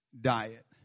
Diet